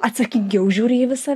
atsakingiau žiūri į visą